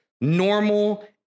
normal